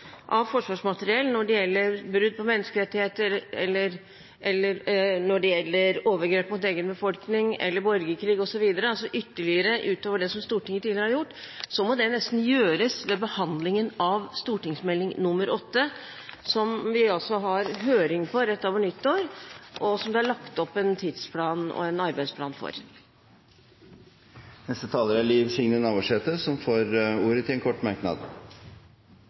av forsvarsmateriell når det gjelder brudd på menneskerettigheter, når det gjelder overgrep mot egen befolkning, eller borgerkrig osv., altså ytterligere utover det som Stortinget tidligere har gjort, må det nesten gjøres ved behandlingen av Meld. St. 8 som altså skal ut på høring rett over nyttår, og som det er lagt opp en tids- og arbeidsplan for. Representanten Liv Signe Navarsete har hatt ordet to ganger tidligere og får ordet til en kort merknad,